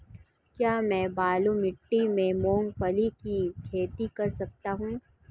क्या मैं बालू मिट्टी में मूंगफली की खेती कर सकता हूँ?